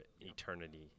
eternity